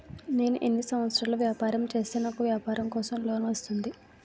నేను ఎన్ని సంవత్సరాలు వ్యాపారం చేస్తే నాకు వ్యాపారం కోసం లోన్ వస్తుంది?